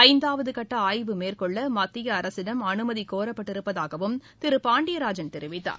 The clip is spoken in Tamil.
ஐந்தாவது கட்ட ஆய்வு மேற்கொள்ள மத்திய அரசிடம் அனுமதி கோரப்பட்டிருப்பதாகவும் திரு பாண்டியராஜன் தெரிவித்தார்